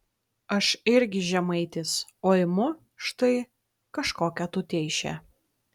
aš irgi žemaitis o imu štai kažkokią tuteišę